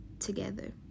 together